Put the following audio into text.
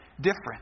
different